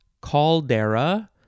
caldera